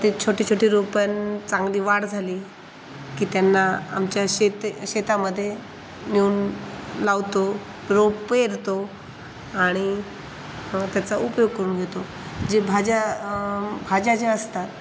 ते छोटीछोटी रोपान् चांगली वाढ झाली की त्यांना आमच्या शेत् शेतामध्ये नेऊन लावतो रोप पेरतो आणि त्याचा उपयोग करून घेतो जे भाज्या म् भाज्या ज्या असतात